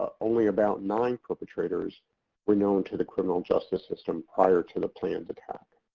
ah only about nine perpetrators were known to the criminal justice system, prior to the planned attack.